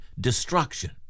destruction